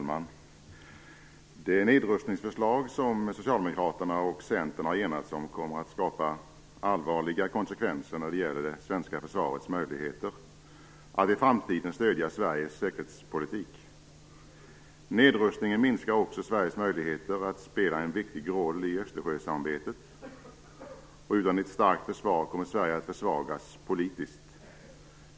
Fru talman! Det nedrustningsförslag som Socialdemokraterna och Centern har enats om kommer att få allvarliga konsekvenser för det svenska försvarets möjligheter att i framtiden stödja Sveriges säkerhetspolitik. Nedrustningen minskar också Sveriges möjligheter att spela en viktig roll i Östersjösamarbetet. Utan ett starkt försvar kommer Sverige att försvagas politiskt.